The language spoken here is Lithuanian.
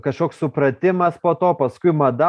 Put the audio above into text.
kašoks supratimas po to paskui mada